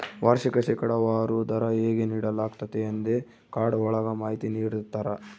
ವಾರ್ಷಿಕ ಶೇಕಡಾವಾರು ದರ ಹೇಗೆ ನೀಡಲಾಗ್ತತೆ ಎಂದೇ ಕಾರ್ಡ್ ಒಳಗ ಮಾಹಿತಿ ನೀಡಿರ್ತರ